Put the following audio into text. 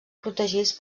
protegits